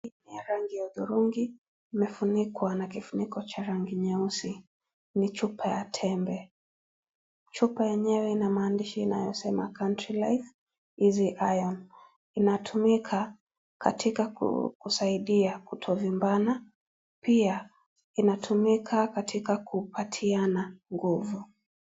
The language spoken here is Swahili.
Rangi ya hudhurungi imefunikwa na kifuniko cha rangi nyeusi, ni chupa ya tembe. Chupa yenyewe ina maandishi yanayosema country life easy iron inatumika katika kusaidia kutovimbana na pia inatumika katika kupatiana nguvu.